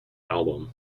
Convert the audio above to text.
album